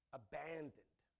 abandoned